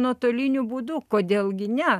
nuotoliniu būdu kodėl gi ne